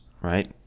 right